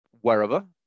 wherever